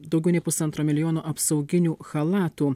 daugiau nei pusantro milijono apsauginių chalatų